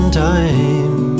time